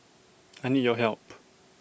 I need your help